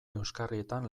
euskarrietan